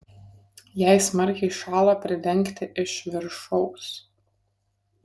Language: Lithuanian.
jei smarkiai šąla pridengti iš viršaus